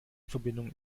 verbindung